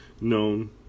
known